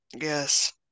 Yes